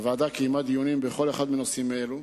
הוועדה קיימה דיונים בכל אחד מנושאים אלו.